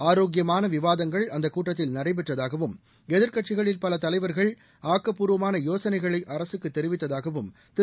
ஆரோக்கியமான விவாதங்கள் அந்தக் கூட்டத்தில் நடைபெற்றதாகவும் எதிர்க்கட்சிகளில் பல தலைவர்கள் ஆக்கபூர்வமான யோசனைகளை அரசுக்கு தெரிவித்தாகவும் திரு